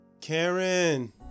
Karen